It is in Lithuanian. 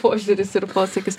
požiūris ir posakis